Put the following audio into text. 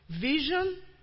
vision